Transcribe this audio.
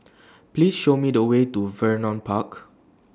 Please Show Me The Way to Vernon Park